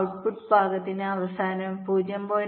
output ഭാഗത്ത് അവസാനം 0